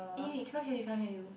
eh cannot hear you cannot hear you